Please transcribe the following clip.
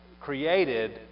created